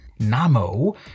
Namo